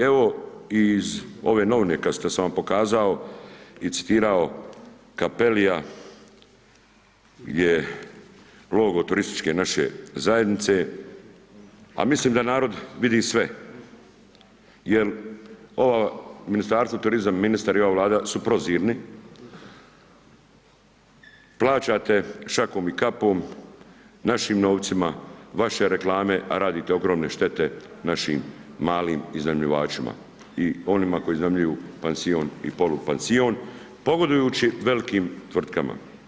Evo iz ove novine kad sam vam pokazao i citirao Cappellija gdje logo turističke naše zajednice, a mislim da narod vidi sve jer ovo Ministarstvo turizma, ministar i ova Vlada su prozirni, plaćate šakom i kapom našim novcima vaše reklame, a radite ogromne štete našim malim iznajmljivačima i onima koji iznajmljuju pansion i polupansion, pogodujući velikim tvrtkama.